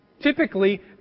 Typically